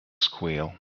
squeal